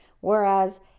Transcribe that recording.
whereas